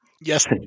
Yes